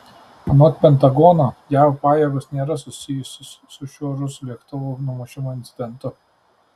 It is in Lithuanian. anot pentagono jav pajėgos nėra susijusios su šiuo rusų lėktuvo numušimo incidentu